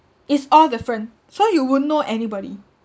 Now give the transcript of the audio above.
is all different so you won't know anybody